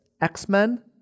x-men